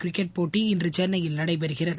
cricket போட்டி இன்று சென்னையில் நடைபெறுகிறது